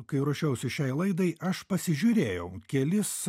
kai ruošiausi šiai laidai aš pasižiūrėjau kelis